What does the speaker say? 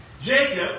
Jacob